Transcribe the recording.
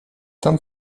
tam